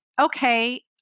okay